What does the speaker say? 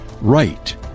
right